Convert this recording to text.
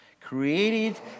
created